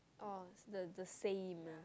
oh the the saint nah